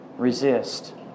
Resist